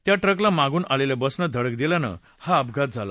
त्या ट्रकला मागून आलेल्या बसनं धड़क दिल्यानं हा अपघात झाला